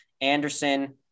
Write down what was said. Anderson